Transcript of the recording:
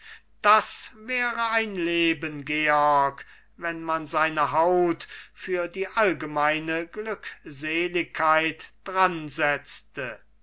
das wäre ein leben georg wenn man seine haut für die allgemeine glückseligkeit